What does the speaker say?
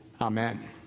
amen